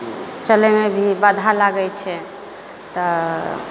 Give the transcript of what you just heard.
चलैमे भी बाधा लागै छै तऽ